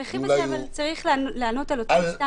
אבל הרכיב הזה צריך לענות על אותם סטנדרטים.